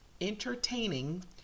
entertaining